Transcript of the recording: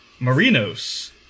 Marinos